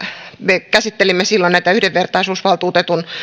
me käsittelimme silloin näitä yhdenvertaisuusvaltuutetun